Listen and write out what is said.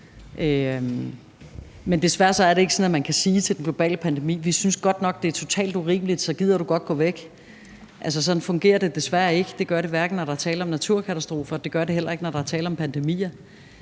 Men desværre er det ikke sådan, at man kan sige til den globale pandemi: Vi synes godt nok, det er totalt urimeligt, så gider du godt at gå væk. Altså, sådan fungerer det desværre ikke. Det gør det, hverken når der er tale om naturkatastrofer, eller når der er tale om pandemier.